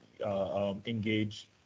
Engage